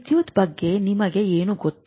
ವಿದ್ಯುತ್ ಬಗ್ಗೆ ನಿಮಗೆ ಏನು ಗೊತ್ತು